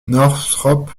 northrop